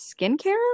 skincare